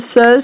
says